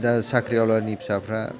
दा साख्रिआवलानि फिसाफ्रा